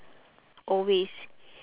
always